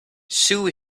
sue